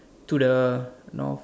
to the North